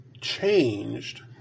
changed